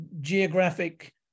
geographic